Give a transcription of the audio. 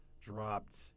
dropped